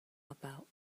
about